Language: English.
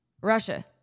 Russia